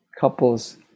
couples